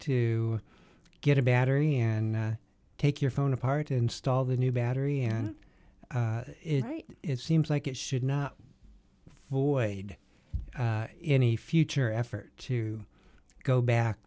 to get a battery and take your phone apart install the new battery and write it seems like it should not for wade in any future effort to go back